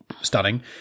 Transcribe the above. stunning